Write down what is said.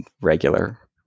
regular